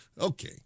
Okay